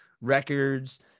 records